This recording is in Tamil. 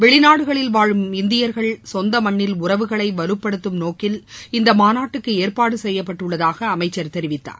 வெளிநாடுகளில் வாழும் இந்தியர்கள் சொந்த மண்ணில் உறவுகளை வலுப்படுத்தும் நோக்கில் இந்த மாநாடு ஏற்பாடு செய்யப்பட்டுள்ளதாக அமைச்சர் தெரிவித்தார்